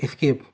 skip